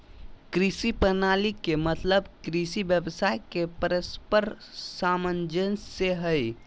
कृषि प्रणाली के मतलब कृषि व्यवसाय के परस्पर सामंजस्य से हइ